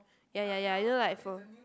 ya ya ya you know like for